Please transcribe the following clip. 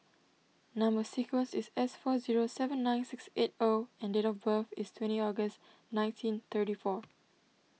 Number Sequence is S four zero seven nine six eight O and date of birth is twenty August nineteen thirty four